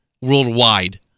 worldwide